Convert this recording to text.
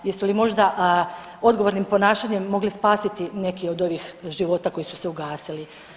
Jesu li možda odgovornim ponašanjem mogli spasiti neki od ovih života koji su se ugasili?